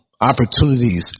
opportunities